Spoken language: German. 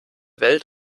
welt